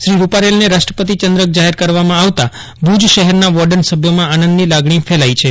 શ્રી રૂપારેલને રાષ્ટ્રપતિ ચંદ્રક જાહેર કરવામાં આવતાં ભુજ શહેરનાં વોર્ડન સભ્યોમાં આનંદની લાગણી ફેલાઇ છે